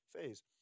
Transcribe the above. phase